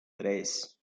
tres